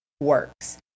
works